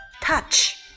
touch